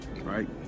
Right